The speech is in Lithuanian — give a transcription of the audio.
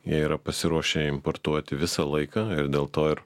jie yra pasiruošę importuoti visą laiką ir dėl to ir